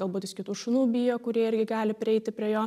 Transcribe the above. galbūt jis kitų šunų bijo kurie irgi gali prieiti prie jo